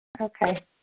Okay